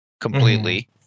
completely